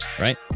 right